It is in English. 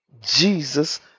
Jesus